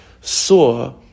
saw